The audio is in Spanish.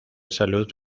salud